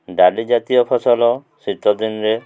ଡାଲି ଜାତୀୟ ଫସଲ ଶୀତ ଦିନରେ